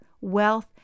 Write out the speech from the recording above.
wealth